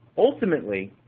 ultimately,